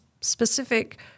specific